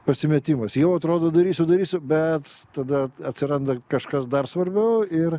pasimetimas jau atrodo darysiu darysiu bet tada atsiranda kažkas dar svarbiau ir